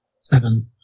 Seven